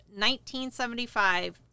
1975